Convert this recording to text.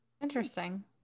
Interesting